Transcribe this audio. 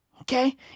Okay